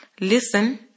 Listen